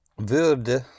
würde